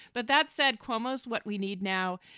but that said, cuomo's what we need now.